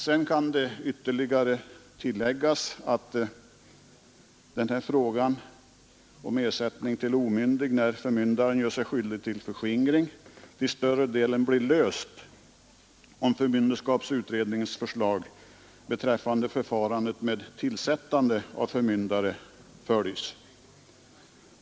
Det kan tilläggas att frågan om ersättning till omyndig när förmyndare gör sig skyldig till förskingring till större delen blir löst, om förmynderskapsutredningens förslag beträffande förfarandet med tillsättande av förmyndare följs.